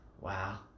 Wow